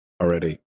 already